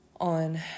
on